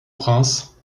prince